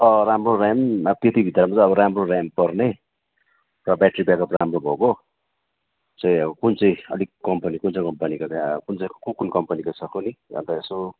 अँ राम्रो ऱ्याम त्यत्तिभित्रमा चाहिँ अब राम्रो ऱ्याम पर्ने र ब्याट्री ब्याकअप राम्रो भएको चाहिँ अब कुन चाहिँ अलिक कम्पनी कुन चाहिँ कम्पनीको चाहिँ आ कुन कुन कम्पनीको छ कुन्नि अन्त यसो